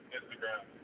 Instagram